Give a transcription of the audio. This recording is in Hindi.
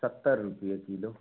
सत्तर रुपये किलो